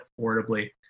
affordably